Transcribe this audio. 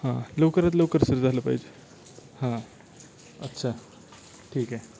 हां लवकरात लवकर सर झालं पाहिजे हां अच्छा ठीक आहे